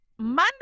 Monday